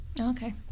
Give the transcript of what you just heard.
Okay